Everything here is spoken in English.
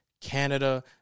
Canada